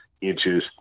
inches